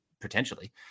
potentially